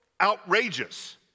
outrageous